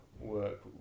work